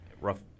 rough